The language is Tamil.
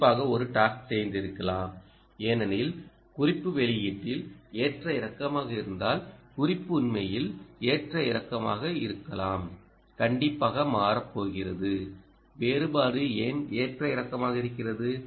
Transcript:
குறிப்பு ஒரு டாஸ் செய்திருக்கலாம் ஏனெனில் குறிப்பு வெளியீட்டில் ஏற்ற இறக்கமாக இருந்தால் குறிப்பு உண்மையில் ஏற்ற இறக்கமாக இருக்கலாம் கண்டிப்பாக மாறப்போகிறது வேறுபாடு ஏன் ஏற்ற இறக்கமாக இருக்கிறது